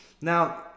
Now